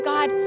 God